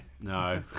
no